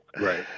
Right